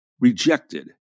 rejected